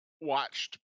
watched